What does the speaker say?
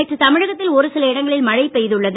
நேற்று தமிழகத்தில் ஒருசில இடங்களில் மழை பெய்துள்ளது